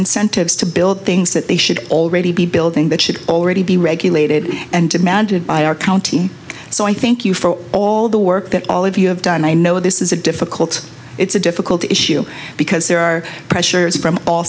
incentives to build things that they should already be building that should already be regulated and demanded by our county so i thank you for all the work that all of you have done i know this is a difficult it's a difficult issue because there are pressures from all